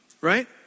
Right